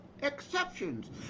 exceptions